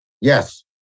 Yes